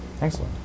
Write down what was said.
Excellent